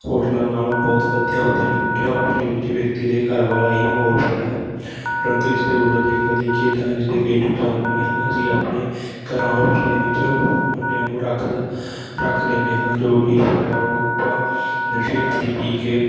ਹੋਟਲਾਂ ਨਾਲੋਂ ਬਹੁਤ ਵਧੀਆ ਹੁੰਦੇ ਹਨ ਕਿਉਂਕਿ ਹੋਮ ਸਟੇਅ ਵਿੱਚ ਵਿਅਕਤੀ ਦੇ ਘਰ ਵਾਲਾ ਹੀ ਮਾਹੌਲ ਹੁੰਦਾ ਹੈ ਪਰੰਤੂ ਇਸ ਦੇ ਉਲਟ ਜੇਕਰ ਦੇਖੀਏ ਤਾਂ ਇਸ ਦੇ ਕਈ ਨੁਕਸਾਨ ਵੀ ਹਨ ਅਸੀਂ ਆਪਣੇ ਘਰਾਂ ਹੋਮ ਸਟੇਅ ਵਿੱਚ ਮੁੰਡਿਆਂ ਨੂੰ ਰੱਖ ਰੱਖ ਲੈਂਦੇ ਹਾਂ ਜੋ ਕਿ ਸਰਾਬਾਂ ਨਸ਼ੇ ਆਦਿ ਪੀ ਕੇ